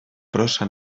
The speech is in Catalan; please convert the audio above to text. prosa